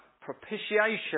propitiation